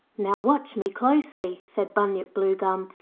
now watch me closely said bunyip bluegum.